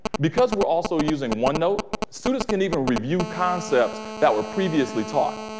because we're also using onenote, students can even review concepts that were previously taught.